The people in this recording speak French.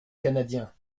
canadien